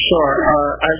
Sure